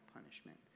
punishment